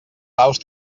daus